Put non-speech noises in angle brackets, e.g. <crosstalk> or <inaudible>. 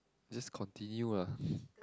just continue lah <breath>